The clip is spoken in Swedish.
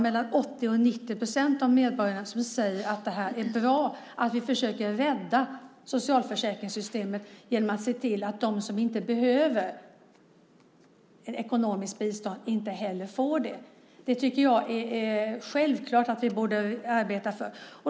Mellan 80 och 90 procent av medborgarna säger att det är bra att vi försöker rädda socialförsäkringssystemet genom att se till att de som inte behöver ekonomiskt bistånd inte heller får det. Det tycker jag är självklart att vi ska arbeta för.